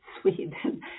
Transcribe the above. Sweden